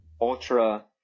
Ultra